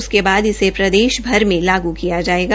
उसके बाद इसे प्रदेश भर में लागू किया जाएगा